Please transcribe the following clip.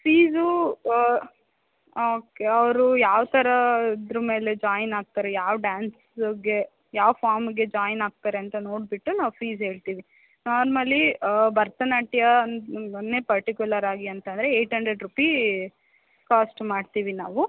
fees okay ಅವರು ಯಾವ ಥರ ಇದರ ಮೇಲೆ ಜಾಯಿನ್ ಆಗ್ತಾರೆ ಯಾವ ಡ್ಯಾನ್ಸ್ಗೆ ಯಾವ ಫಾರ್ಮ್ಗೆ ಜಾಯಿನ್ ಆಗ್ತಾರೆ ಅಂತ ನೋಡಿಬಿಟ್ಟು ನಾವು ಫೀಸ್ ಹೇಳ್ತೀವಿ ನಾರ್ಮಲಿ ಭರತನಾಟ್ಯವನ್ನೇ ಪರ್ಟಿಕ್ಯುಲರ್ ಆಗಿ ಅಂತಂದರೆ ಏಟ್ ಅಂಡ್ರೆಡ್ ರೂಪೀ ಕಾಸ್ಟ್ ಮಾಡ್ತೀವಿ ನಾವು